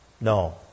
No